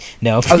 no